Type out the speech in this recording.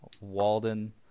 Walden